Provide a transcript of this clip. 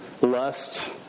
lust